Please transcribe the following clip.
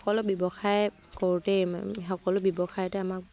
সকলো ব্যৱসায় কৰোঁতেই সকলো ব্যৱসায়তে আমাক